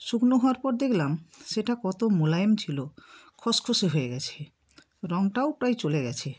শুকনো হওয়ার পর দেকলাম সেটা কত মোলায়েম ছিলো খসখসে হয়ে গেছে রঙটাও প্রায় চলে গেছে